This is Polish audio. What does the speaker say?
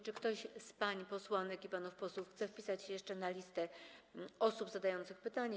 Czy ktoś z pań posłanek i panów posłów chce wpisać się jeszcze na listę osób zadających pytania?